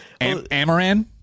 Amaran